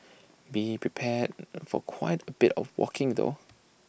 be prepared for quite A bit of walking though